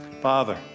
father